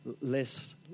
less